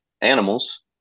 animals